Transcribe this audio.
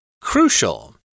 Crucial